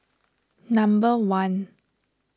number one